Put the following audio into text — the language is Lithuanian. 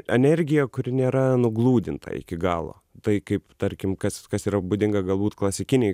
energija kuri nėra nuglūdinta iki galo tai kaip tarkim kad kas yra būdinga galbūt klasikinei